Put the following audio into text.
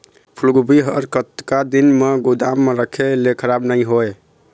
फूलगोभी हर कतका दिन तक गोदाम म रखे ले खराब नई होय?